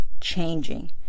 changing